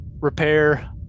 repair